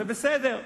זה בסדר.